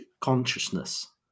consciousness